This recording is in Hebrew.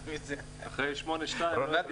היא יודעת שהיא לא --- ברשותך,